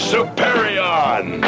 Superion